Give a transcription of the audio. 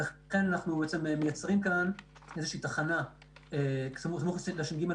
לכן אנחנו בעצם מייצרים כאן תחנה סמוך לש.ג.